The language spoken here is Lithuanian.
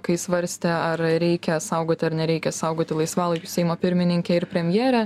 kai svarstė ar reikia saugoti ar nereikia saugoti laisvalaikiu seimo pirmininkę ir premjerę